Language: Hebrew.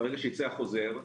ברגע שייצא החוזר,